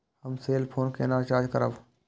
हम cell phone केना recharge करब?